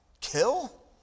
kill